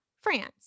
France